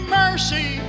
mercy